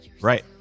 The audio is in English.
Right